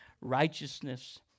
Righteousness